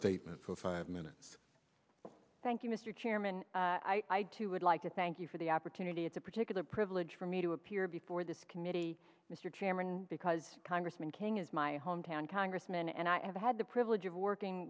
statement for five minutes thank you mr chairman i'd like to thank you for the opportunity at that particular privilege for me to appear before this committee mr chairman because congressman king is my hometown congressman and i have had the privilege of working